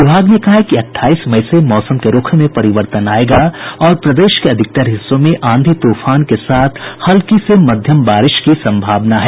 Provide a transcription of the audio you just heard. विभाग ने कहा है कि अठाईस मई से मौसम के रूख में परिवर्तन आयेगा और प्रदेश के अधिकतर हिस्सों में आंधी तूफान के साथ हल्की से मध्यम बारिश की सम्भावना है